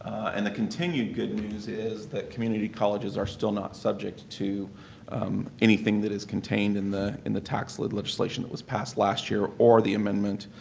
and the continued good news is that community colleges are still not subject to anything that is contained in the in the tax lid legislation that was passed last year or the amendment